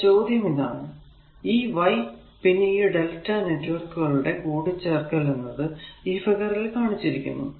ഇനി ചോദ്യം ഇതാണ് ഈ y പിന്നെ ഈ lrmΔ നെറ്റ്വർക്ക് കളുടെ കൂട്ടിച്ചേർക്കൽ എന്നത് ഈ ഫിഗറിൽ കാണിച്ചിരിക്കുന്നു